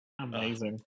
Amazing